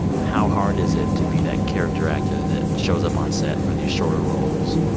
how hard is it to be that character actor that shows up on set for these shorter roles,